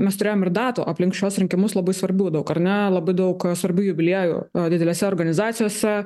mes turėjom ir datų aplink šiuos rinkimus labai svarbių daug ar ne labai daug svarbių jubiliejų didelėse organizacijose